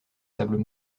sables